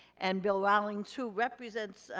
and bill rawlings, who represents